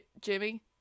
Jimmy